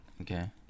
okay